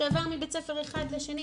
שעבר מבית ספר אחד לשני,